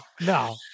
No